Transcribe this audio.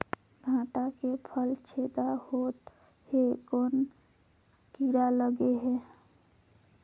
भांटा के फल छेदा होत हे कौन कीरा लगे हे?